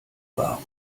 warm